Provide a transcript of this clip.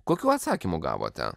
kokių atsakymų gavote